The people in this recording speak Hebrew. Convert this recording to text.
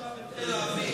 עכשיו את חיל האוויר,